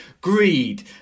greed